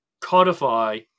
codify